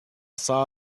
saw